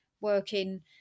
working